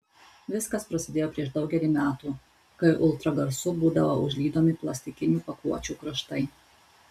viskas prasidėjo prieš daugelį metų kai ultragarsu būdavo užlydomi plastikinių pakuočių kraštai